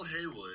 Haywood